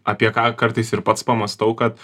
apie ką kartais ir pats pamąstau kad